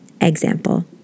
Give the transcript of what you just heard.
Example